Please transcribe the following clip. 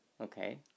Okay